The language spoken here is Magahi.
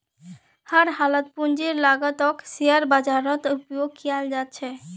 हर हालतत पूंजीर लागतक शेयर बाजारत उपयोग कियाल जा छे